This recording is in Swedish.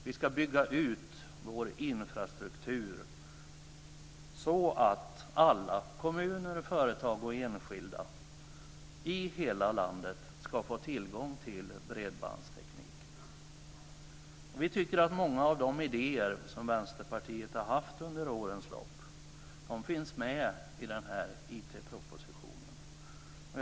Vi ska bygga ut vår infrastruktur så att alla, kommuner, företag och enskilda, i hela landet ska få tillgång till bredbandsteknik. Vi tycker att många av de idéer som Vänsterpartiet har haft under årens lopp finns med i den här IT-propositionen.